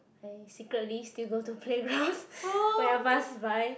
I secretly still go to playgrounds when I pass by